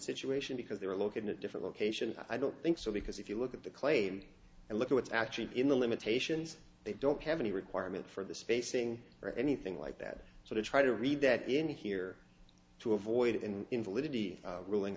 situation because they were located in a different location i don't think so because if you look at the claim and look at what's actually in the limitations they don't have any requirement for the spacing or anything like that so they try to read that in here to avoid in invalidity rulin